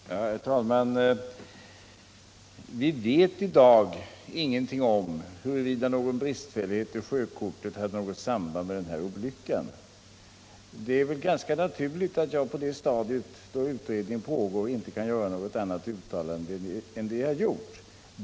Herr talman! Vi vet i dag ingenting om huruvida en bristfällighet i sjökortet hade något samband med olyckan i fråga. Det är ganska naturligt att jag på detta stadium, då utredning pågår, inte kan göra något annat uttalande än det jag har gjort.